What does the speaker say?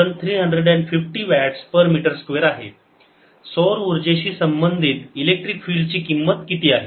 Solar energy energy time area1350 Wm2 सौर ऊर्जेशी संबंधित इलेक्ट्रिक फील्ड ची किंमत किती आहे